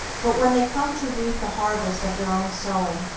but when they come to reap the harvest of their own sowing,